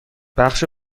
بخش